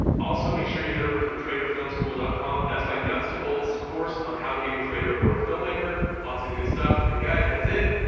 also make sure you head over to the creatorfilmschool dot com that's my nuts to bolts course on how to be a creator or a filmmaker. lots of good stuff and guys that's it,